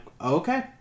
okay